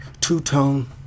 Two-tone